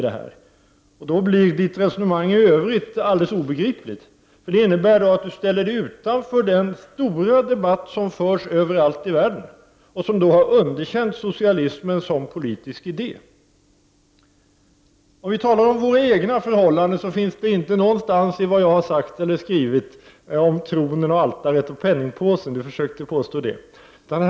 Då blir Åke Gustavssons resonemang i övrigt alldeles obegripligt. Det innebär att han ställer sig utanför den stora debatt som förs överallt i världen och som har underkänt socialismen som politisk idé. Skall vi så tala om våra egna förhållanden, så finner man inte någonstans i det som jag har sagt eller skrivit någonting om tronen, altaret och penningpåsen, vilket Åke Gustavsson påstod.